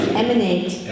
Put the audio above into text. emanate